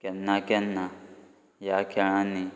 केन्ना केन्ना ह्या खेळांनी